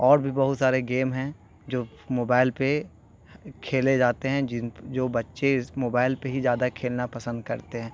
اور بھی بہت سارے گیم ہیں جو موبائل پہ کھیلے جاتے ہیں جن جو بچے اس موبائل پہ ہی زیادہ کھیلنا پسند کرتے ہیں